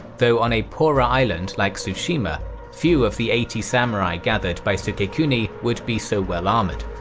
though on a poorer island like tsushima few of the eighty samurai gathered by sukekuni would be so well armoured.